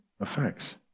effects